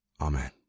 Amen